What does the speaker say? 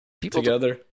together